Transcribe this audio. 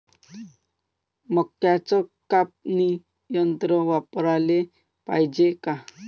मक्क्याचं कापनी यंत्र वापराले पायजे का?